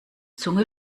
zunge